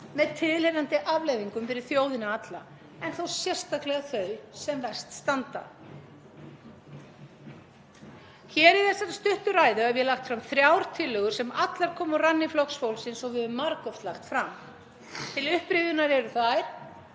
með tilheyrandi afleiðingum fyrir þjóðina alla en þó sérstaklega þau sem verst standa hér. Í þessari stuttu ræðu hef ég lagt fram þrjár tillögur sem allar koma úr ranni Flokks fólksins og við höfum margoft lagt fram. Til upprifjunar eru þær